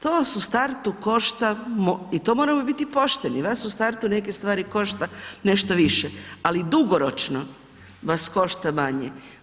To vas u startu košta i to moramo biti pošteni, vas u startu neke stvari košta nešto više ali dugoročno vas košta manje.